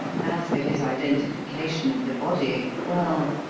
as for his identification of the body well,